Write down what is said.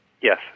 Yes